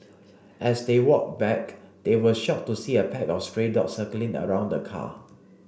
as they walked back they were shocked to see a pack of stray dogs circling around the car